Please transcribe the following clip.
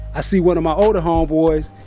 i see one of my older homeboys.